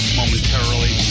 momentarily